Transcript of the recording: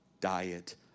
diet